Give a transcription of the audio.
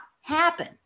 happen